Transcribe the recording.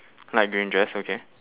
light green dress okay